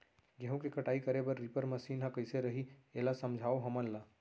गेहूँ के कटाई करे बर रीपर मशीन ह कइसे रही, एला समझाओ हमन ल?